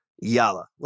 Yalla